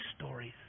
stories